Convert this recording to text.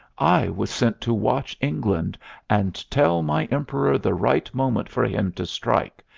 i was sent to watch england and tell my emperor the right moment for him to strike,